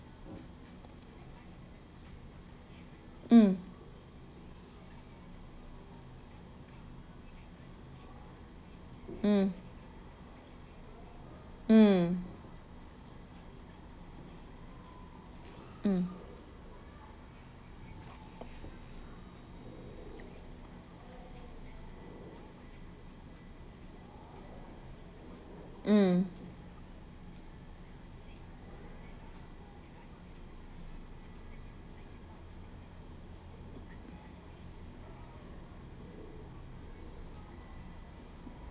mm mm mm mm mm